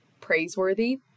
praiseworthy